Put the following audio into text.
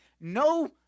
No